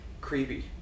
creepy